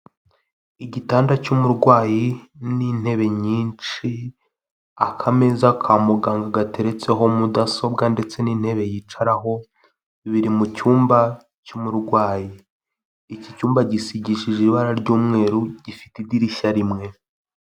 Igitanda cy'umurwayi n'intebe nyinshi akameza ka muganga gateretseho mudasobwa ndetse n'intebe yicaraho biri mucyumba cy'umurwayi ,iki cyumba gisigishije ibara ry'umweru gifite idirishya rimwe.